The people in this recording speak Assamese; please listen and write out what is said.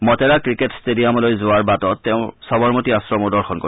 মতেৰা ক্ৰিকেট ট্টেডিয়ামলৈ যোৱাৰ বাটত তেওঁ সবৰমতী আশ্ৰমো দৰ্শন কৰিব